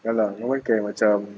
ya lah can macam